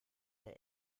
der